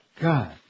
God